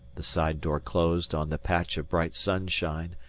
the side-door closed on the patch of bright sunshine,